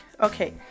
Okay